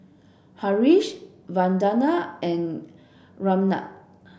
Haresh Vandana and Ramnath